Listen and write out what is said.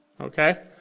Okay